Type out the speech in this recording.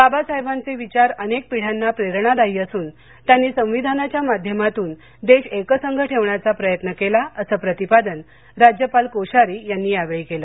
बाबासाहेबांचे विचार अनेक पिढ्यांना प्रेरणादायी असून त्यांनी संविधानाच्या माध्यमातून देश एकसंघ ठेवण्याचा प्रयत्न केला असं प्रतिपादन राज्यपाल कोश्यारी यांनी यावेळी केलं